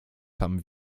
tam